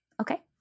Okay